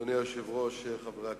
אדוני היושב-ראש, חברי הכנסת,